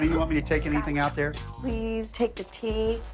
want me to take anything out there? please take the tea.